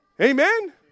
amen